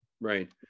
Right